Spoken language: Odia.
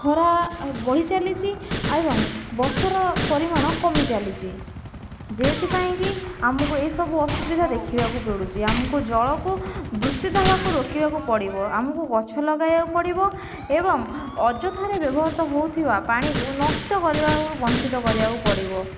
ଖରା ବଢ଼ିଚାଲିଛି ଏବଂ ବର୍ଷାର ପରିମାଣ କମିଚାଲିଛି ଯେଉଁଥିପାଇଁକି ଆମକୁ ଏହିସବୁ ଅସୁବିଧା ଦେଖିବାକୁ ପଡ଼ୁଛି ଆମକୁ ଜଳକୁ ଦୂଷିତ ହେବାକୁ ରୋକିବାକୁ ପଡ଼ିବ ଆମକୁ ଗଛ ଲଗାଇବାକୁ ପଡ଼ିବ ଏବଂ ଅଯଥାରେ ବ୍ୟବହୃତ ହେଉଥିବା ପାଣି ନଷ୍ଟ କରିବାରୁ ବଞ୍ଚିତ କରିବାକୁ ପଡ଼ିବ